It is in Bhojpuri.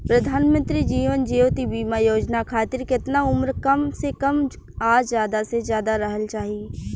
प्रधानमंत्री जीवन ज्योती बीमा योजना खातिर केतना उम्र कम से कम आ ज्यादा से ज्यादा रहल चाहि?